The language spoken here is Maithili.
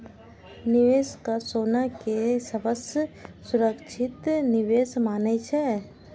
निवेशक सोना कें सबसं सुरक्षित निवेश मानै छै